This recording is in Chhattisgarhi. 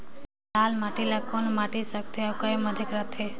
लाल माटी ला कौन माटी सकथे अउ के माधेक राथे?